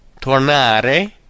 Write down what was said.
tornare